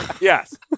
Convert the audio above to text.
Yes